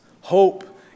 hope